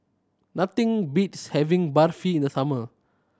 nothing beats having Barfi in the summer